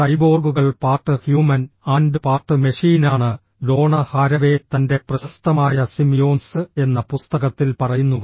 സൈബോർഗുകൾ part human and part മെഷീനാണ് Donna Haraway തന്റെ പ്രശസ്തമായ സിമിയോൺസ് എന്ന പുസ്തകത്തിൽ പറയുന്നു